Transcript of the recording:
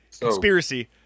conspiracy